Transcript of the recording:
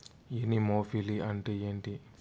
Anemophily అంటే ఏంటి?